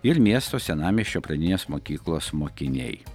ir miesto senamiesčio pradinės mokyklos mokiniai